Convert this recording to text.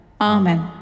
Amen